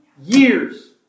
Years